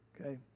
Okay